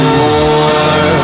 more